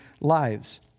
lives